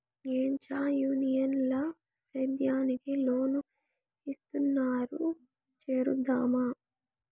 ఏంచా యూనియన్ ల సేద్యానికి లోన్ ఇస్తున్నారు చేరుదామా